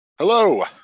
Hello